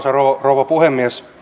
arvoisa rouva puhemies